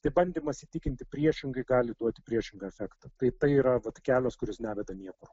tai bandymas įtikinti priešingai gali duoti priešingą efektą tai tai yra kelias kuris neveda niekur